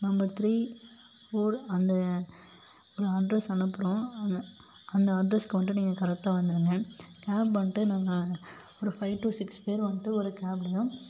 number three four அந்த address அனுப்புகிறோம் அந்த அந்த அட்ரஸ்க்கு வந்துட்டு கரெக்ட்டாக வந்துடுங்கள் கேப் வந்துட்டு நாங்கள் ஒரு ஃபை டூ சிக்ஸ் பேர் வந்துட்டு ஒரு கேப்லேயும்